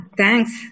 thanks